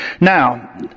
Now